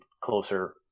closer